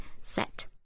set